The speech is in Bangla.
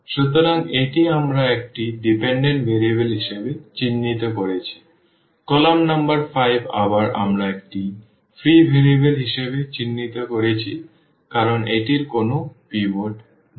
সুতরাং এটি আমরা একটি নির্ভরশীল ভেরিয়েবল হিসাবে চিহ্নিত করেছি কলাম নম্বর 5 আবার আমরা একটি ফ্রি ভেরিয়েবল হিসাবে চিহ্নিত করেছি কারণ এটির কোনও পিভট নেই